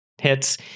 hits